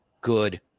good